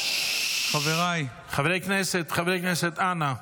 חבריי --- חברי הכנסת, אנא.